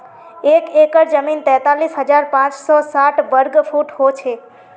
एक एकड़ जमीन तैंतालीस हजार पांच सौ साठ वर्ग फुट हो छे